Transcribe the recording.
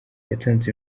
yatanze